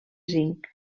zinc